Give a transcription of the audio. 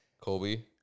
Colby